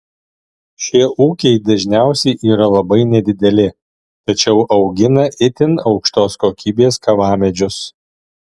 šie ūkiai dažniausiai yra labai nedideli tačiau augina itin aukštos kokybės kavamedžius